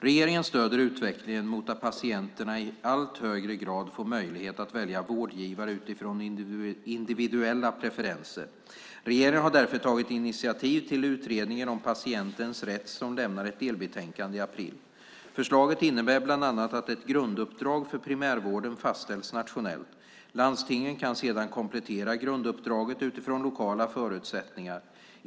Regeringen stöder utvecklingen mot att patienterna i allt högre grad får möjlighet att välja vårdgivare utifrån individuella preferenser. Regeringen har därför tagit initiativ till Utredningen om patientens rätt som lämnade ett delbetänkande i april. Förslaget innebär bland annat att ett grunduppdrag för primärvården fastställs nationellt. Landstingen kan sedan komplettera grunduppdraget utifrån lokala förutsättningar.